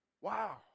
Wow